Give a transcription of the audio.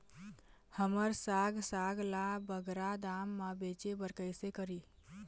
हमर साग साग ला बगरा दाम मा बेचे बर कइसे करी?